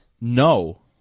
no